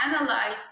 analyze